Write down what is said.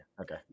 Okay